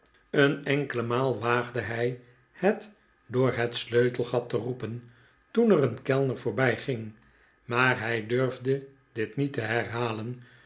een enkele maal waagde hij het door het sleutelgat te roepen toen er een kellner voorbijging maar hij durfde dit niet te herhalen